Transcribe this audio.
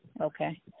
Okay